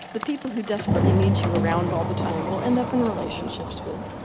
the people who desperately need you around all the time, will end up in relationships with,